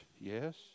Yes